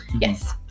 yes